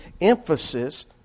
emphasis